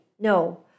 no